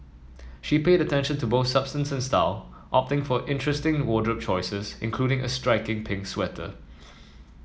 she paid attention to both substance and style opting for interesting wardrobe choices including a striking pink sweater